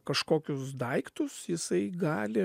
kažkokius daiktus jisai gali